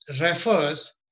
refers